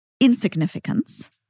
insignificance